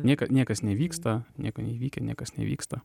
nieko niekas nevyksta nieko neįvykę niekas nevyksta